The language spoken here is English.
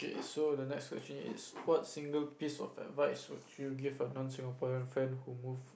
so the next question is what single piece of advice would you give a non Singaporean friend who move